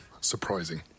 surprising